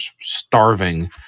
starving